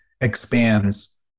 expands